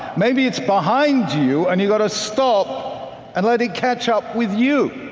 maybe it's behind you and you got to stop and let it catch up with you.